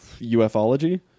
Ufology